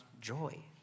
joy